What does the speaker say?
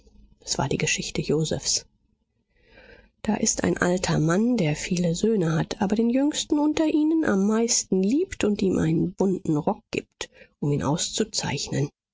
es war die geschichte josephs da ist ein alter mann der viele söhne hat aber den jüngsten unter ihnen am meisten liebt und ihm einen bunten rock gibt um ihn auszuzeichnen